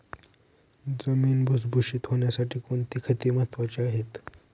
जमीन भुसभुशीत होण्यासाठी कोणती खते महत्वाची आहेत?